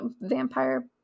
vampire